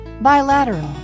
Bilateral